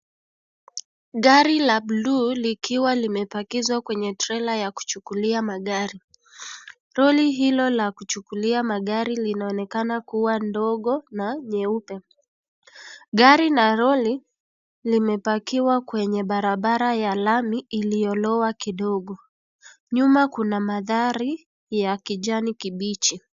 Gari la blue likiwa limepakishwa kwenye trella ya kuchukua magari. Lori hilo la kuchukulia magari linaonekana kuwa ndogo na nyeupe. Gari na lori limepakiwa kwenye barabara ya rami iliyoloa kidogo. Nyuma kuna mathari ya kijani kibichi.